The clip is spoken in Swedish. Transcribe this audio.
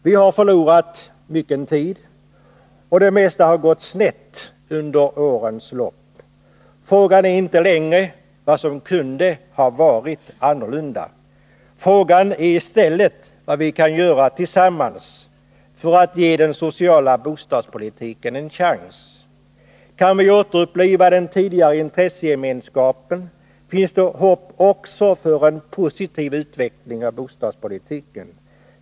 Vi har förlorat mycken tid, och det mesta har gått snett under årens lopp. Frågan är inte längre vad som kunde ha varit annorlunda. Frågan är i stället vad vi kan göra tillsammans för att ge den sociala bostadspolitiken en chans. Kan vi återuppliva den tidigare intressegemenskapen, finns det hopp också för en positiv utveckling av bostadspolitiken.